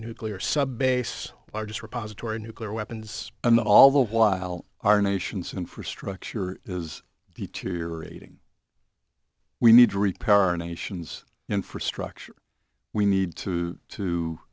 nuclear sub base largest repository nuclear weapons and all the while our nation's infrastructure is deteriorating we need repairing the nation's infrastructure we need to to